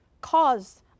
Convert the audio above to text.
caused